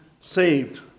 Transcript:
saved